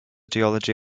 geology